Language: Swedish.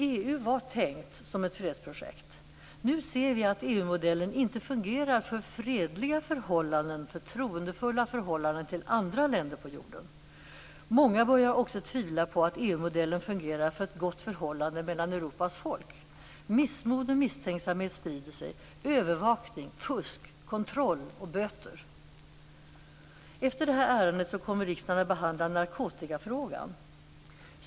EU var tänkt som ett fredsprojekt. Nu ser vi att EU-modellen inte fungerar för fredliga förhållanden, förtroendefulla förhållanden till andra länder på jorden. Många börjar också tvivla på att EU-modellen fungerar för ett gott förhållande mellan Europas folk. Missmod och misstänksamhet sprider sig. Övervakning, fusk, kontroll och böter. Efter det här ärendet kommer riksdagen att behandla narkotikafrågan.